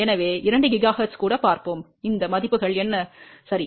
எனவே 2 ஜிகாஹெர்ட்ஸில் கூட பார்ப்போம் இந்த மதிப்புகள் என்ன சரி